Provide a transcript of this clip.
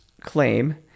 claim